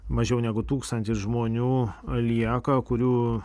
mažiau negu tūkstantis žmonių lieka kurių